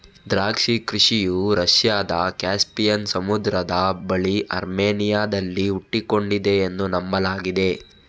ದ್ರಾಕ್ಷಿ ಕೃಷಿಯು ರಷ್ಯಾದ ಕ್ಯಾಸ್ಪಿಯನ್ ಸಮುದ್ರದ ಬಳಿ ಅರ್ಮೇನಿಯಾದಲ್ಲಿ ಹುಟ್ಟಿಕೊಂಡಿದೆ ಎಂದು ನಂಬಲಾಗಿದೆ